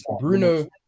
Bruno